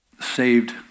Saved